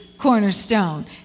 Cornerstone